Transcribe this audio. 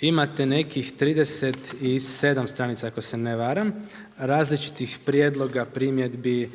imate nekih 37 stranica ako se ne varam, različitih prijedloga, primjedbi